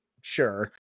sure